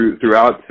throughout